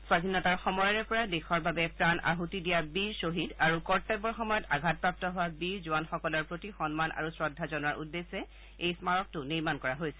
স্বধীনতাৰ সময়ৰে পৰা দেশৰ বাবে প্ৰাণ আছতি দিয়া বীৰ শ্বহীদ আৰু কৰ্তব্যৰ সময়ত আঘাতপ্ৰাপ্ত হোৱা বীৰ জোৱানসকলৰ প্ৰতি সন্মান আৰু শ্ৰদ্ধা জনোৱাৰ উদ্দেশ্যে এই স্নাৰকটো নিৰ্মাণ কৰা হৈছে